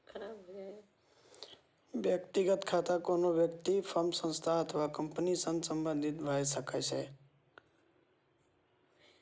व्यक्तिगत खाता कोनो व्यक्ति, फर्म, संस्था अथवा कंपनी सं संबंधित भए सकै छै